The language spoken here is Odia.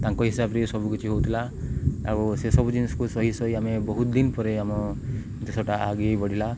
ତାଙ୍କ ହିସାବରେ ସବୁ କିଛି ହଉଥିଲା ଆଉ ସେସବୁ ଜିନିଷ୍କୁ ସହି ସହି ଆମେ ବହୁତ ଦିନ ପରେ ଆମ ଦେଶଟା ଆଗେଇ ବଢ଼ିଲା